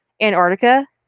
Antarctica